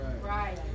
Right